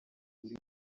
buri